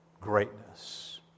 greatness